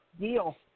Deal